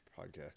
podcast